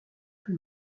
plus